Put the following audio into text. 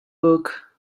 book